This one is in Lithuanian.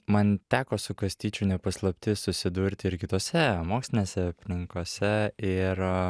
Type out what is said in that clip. man teko su kastyčiu ne paslaptis susidurti ir kitose mokslinėse aplinkose ir